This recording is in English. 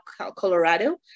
Colorado